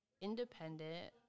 independent